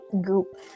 group